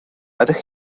ydych